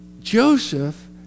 Joseph